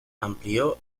amplió